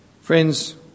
Friends